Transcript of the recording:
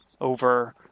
over